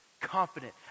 confident